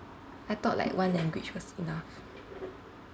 I thought like one language was enough